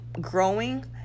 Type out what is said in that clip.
growing